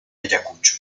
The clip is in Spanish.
ayacucho